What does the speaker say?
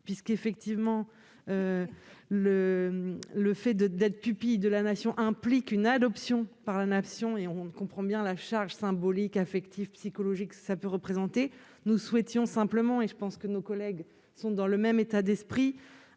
En effet, le fait d'être pupille de la Nation implique une adoption par la Nation. Si nous comprenons bien la charge symbolique, affective et psychologique que cela peut représenter, nous souhaitions simplement- je pense que nos collègues sont dans le même état d'esprit